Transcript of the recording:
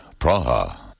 Praha